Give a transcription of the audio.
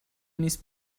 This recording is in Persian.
نیست